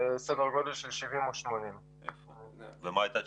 סדר גודל של 70 או 80. ומה נאמר?